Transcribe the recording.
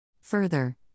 Further